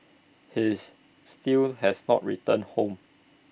he's still has not returned home